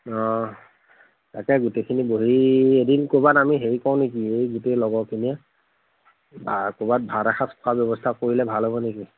অঁ তাকে গোটেইখিনি বহি এদিন ক'ৰবাত আমি হেৰি কৰোঁ নেকি এই গোটেই লগৰখিনিয়ে ক'ৰবাত ভাত এসাঁজ খোৱাৰ ব্যৱস্থা কৰিলে ভাল হ'ব নেকি